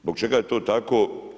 Zbog čega je to tako?